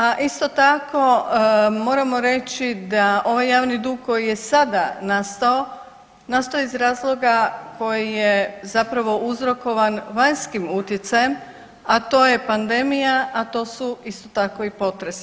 A isto tako moramo reći da ovaj javni dug koji je sada nastao, nastao je iz razloga koji je zapravo uzrokovan vanjskim utjecajem, a to je pandemija, a to su isto tako i potresi.